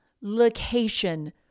location